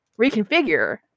reconfigure